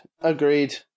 agreed